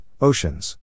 Oceans